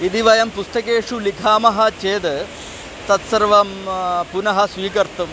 यदि वयं पुस्तकेषु लिखामः चेद् तत्सर्वं पुनः स्वीकर्तुम्